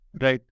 Right